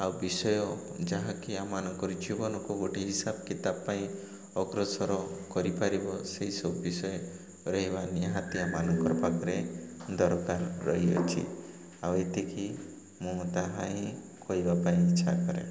ଆଉ ବିଷୟ ଯାହାକି ଆମ ମାନଙ୍କର ଜୀବନକୁ ଗୋଟେ ହିସାବ କିତାବ ପାଇଁ ଅଗ୍ରସର କରିପାରିବ ସେହିସବୁ ବିଷୟ ରହିବା ନିହାତି ଆମାନଙ୍କର ପାଖରେ ଦରକାର ରହିଅଛି ଆଉ ଏତିକି ମୁଁ ତାହା ହିଁ କହିବା ପାଇଁ ଇଚ୍ଛା କରେ